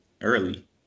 early